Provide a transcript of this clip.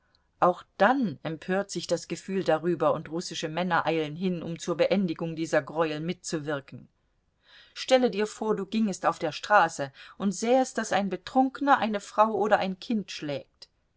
auch dann empört sich das gefühl darüber und russische männer eilen hin um zur beendigung dieser greuel mitzuwirken stelle dir vor du gingest auf der straße und sähest daß ein betrunkener eine frau oder ein kind schlägt